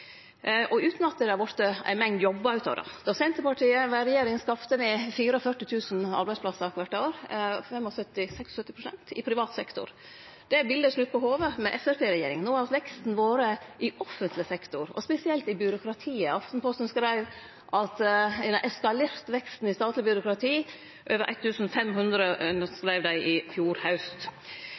utan at det har vorte ei mengd jobbar av det. Då Senterpartiet var i regjering, skapte me 44 000 arbeidsplassar kvart år, 75–76 pst. i privat sektor. Det bildet er snutt på hovudet med Framstegsparti-regjering. No har veksten vore i offentleg sektor, spesielt i byråkratiet. Aftenposten skreiv i fjor haust at veksten i statleg byråkrati har eskalert – over 1 500, skreiv dei.